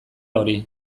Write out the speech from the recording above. hori